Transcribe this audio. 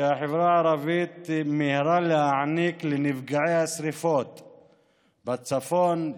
שהחברה הערבית מיהרה להעניק לנפגעי השרפות בצפון,